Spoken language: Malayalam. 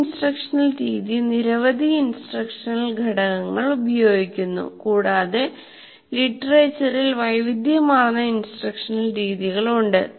ഒരു ഇൻസ്ട്രക്ഷണൽ രീതി നിരവധി ഇൻസ്ട്രക്ഷണൽഘടകങ്ങൾ ഉപയോഗിക്കുന്നു കൂടാതെ ലിറ്ററേച്ചറിൽ വൈവിധ്യമാർന്ന ഇൻസ്ട്രക്ഷണൽ രീതികളുണ്ട്